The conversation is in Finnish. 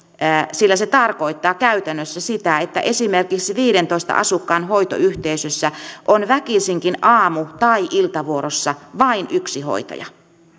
sillä se tarkoittaa käytännössä sitä että esimerkiksi viiteentoista asukkaan hoitoyhteisössä on väkisinkin aamu tai iltavuorossa vain yksi hoitaja